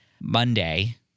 Monday